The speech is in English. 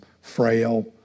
frail